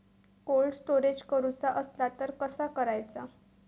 Cold storage करूचा असला तर कसा करायचा?